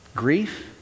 Grief